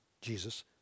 jesus